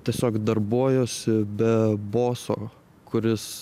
tiesiog darbuojuosi be boso kuris